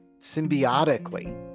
symbiotically